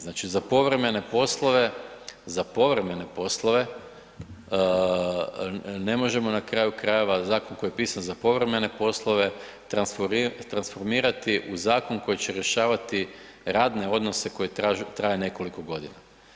Znači za povremene poslove, za povremene poslove, ne možemo, na kraju krajeva, zakon koji je pisan za povremene poslove, transformirati u zakon koji će rješavati radne odnose koji traje nekoliko godina.